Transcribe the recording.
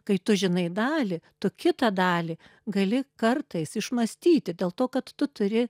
kai tu žinai dalį tu kitą dalį gali kartais išmąstyti dėl to kad tu turi